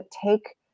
take